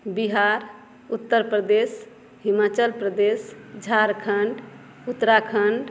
Bihar Uttar Pradesh Himachal Pradesh Jharkhand Uttarakhand